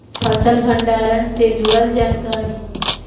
फसल भंडारन से जुड़ल जानकारी?